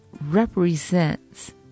represents